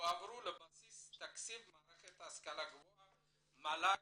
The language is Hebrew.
יועברו לבסיס תקציב מערכת ההשכלה הגבוהה מל"ג